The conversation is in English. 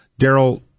Daryl